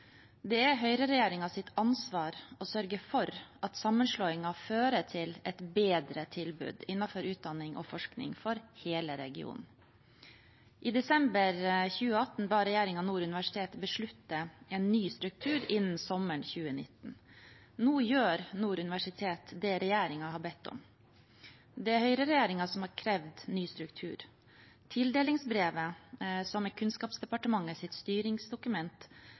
Det er høyreregjeringens ansvar å sørge for at sammenslåingen fører til et bedre tilbud innenfor utdanning og forskning for hele regionen. I desember 2018 ba regjeringen Nord universitet beslutte en ny struktur innen sommeren 2019. Nå gjør Nord universitet det regjeringen har bedt om. Det er høyreregjeringen som har krevd ny struktur. Tildelingsbrevet er Kunnskapsdepartementets styringsdokument